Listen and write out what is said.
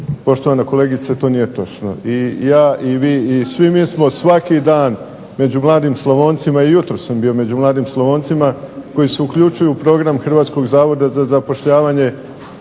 Poštovana kolegice to nije točno. I ja i vi i mi i svi mi smo svaki dan među mladim Slavoncima i jutros sam bio među mladim Slavoncima koji se uključuju u program Hrvatskog zavoda za zapošljavanje,